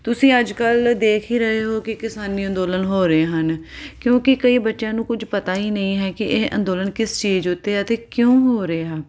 ਤੁਸੀਂ ਅੱਜ ਕੱਲ੍ਹ ਦੇਖ ਹੀ ਰਹੇ ਹੋ ਕਿ ਕਿਸਾਨ ਅੰਦੋਲਨ ਹੋ ਰਹੇ ਹਨ ਕਿਉਂਕਿ ਕਈ ਬੱਚਿਆਂ ਨੂੰ ਕੁਝ ਪਤਾ ਹੀ ਨਹੀਂ ਹੈ ਕਿ ਇਹ ਅੰਦੋਲਨ ਕਿਸ ਚੀਜ਼ ਉੱਤੇ ਆ ਅਤੇ ਕਿਉਂ ਹੋ ਰਹੇ ਆ